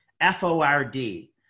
F-O-R-D